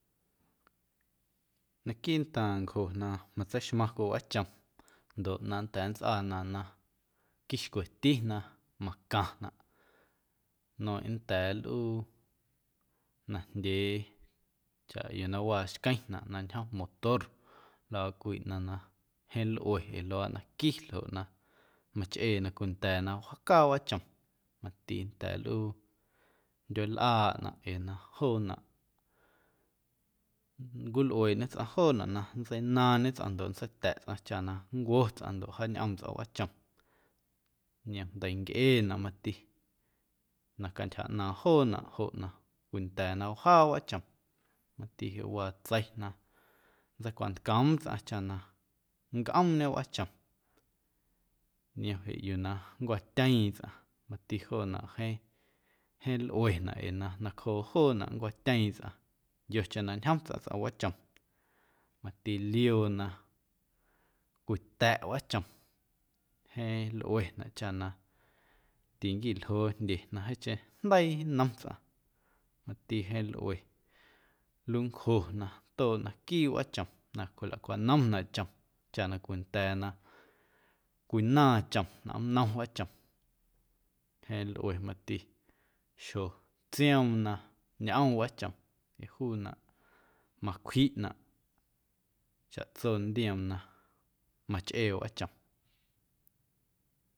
Naquiiꞌntaaⁿ ncjo na matseixmaⁿ cwii wꞌaachom ndoꞌ na nnda̱a̱ nntsꞌaanaꞌ na quixcwetina macaⁿnaꞌ nmeiⁿꞌ nnda̱a̱ nlꞌuu najndyee chaꞌ yuu na waa xqueⁿnaꞌ na ñjom motor luaaꞌ cwii ꞌnaⁿ na jeeⁿ lꞌue ee luaaꞌ na qui ljoꞌ na machꞌee na cwinda̱a̱ na wjaacaa wꞌaachom mati nnda̱a̱ nlꞌuu ndyueelꞌaaꞌnaꞌ ee na joonaꞌ nncwilꞌueeꞌñe tsꞌaⁿ joonaꞌ na nntseinaaⁿñe tsꞌaⁿ ndoꞌ nntseita̱ꞌ tsꞌaⁿ chaꞌ na nncwo̱ tsꞌaⁿ ndoꞌ wjaañꞌoom tsꞌaⁿ wꞌaachom niom ndeincꞌeenaꞌ mati na cantyja ꞌnaaⁿ joonaꞌ joꞌ na cwinda̱a̱ na wjaa wꞌaachom mati jeꞌ waa tsei na nntseicwantcoom tsꞌaⁿ chaꞌ na nncꞌoomñe wꞌaachom niom jeꞌ yuu na nncwatyeeⁿ tsꞌaⁿ mati joonaꞌ jeeⁿ jeeⁿ lꞌuenaꞌ ee na nacjoo joonaꞌ nncwatyeeⁿ tsꞌaⁿ yocheⁿ na ñjom tsꞌaⁿ tsꞌom wꞌaachom mati lioo na cwita̱ꞌ wꞌaachom jeeⁿ lꞌuenaꞌ chaꞌ na tinquiljoo ndye na jeeⁿcheⁿ jndeii nnom tsꞌaⁿ mati jeeⁿ lꞌue luncjo na tooꞌ naquiiꞌ wꞌaachom na cwilacwanomnaꞌ chom chaꞌ na cwinda̱a̱ na cwinaaⁿ chom nꞌomnnom wꞌaachom jeeⁿ lꞌue mati xjotsioom na ñꞌoom wꞌaachom ee juunaꞌ macwjiꞌnaꞌ chaꞌtso ndioom na machꞌee wꞌaachom.